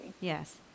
Yes